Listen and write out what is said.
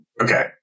Okay